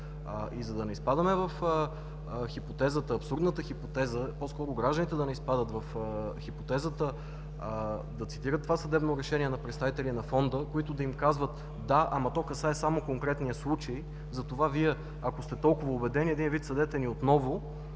И за да не изпадаме в хипотезата, абсурдната хипотеза, по-скоро гражданите да не изпадат в хипотезата да цитират това съдебно решение на представители на Фонда, които да им казват: да, ама то касае само конкретния случай, затова Вие, ако сте толкова убедени – един вид, съдете ни отново,